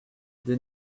des